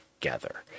together